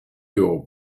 your